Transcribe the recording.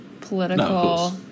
political